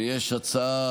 ויש הצעה